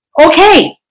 Okay